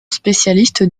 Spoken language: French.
spécialiste